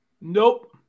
Nope